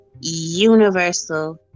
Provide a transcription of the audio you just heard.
Universal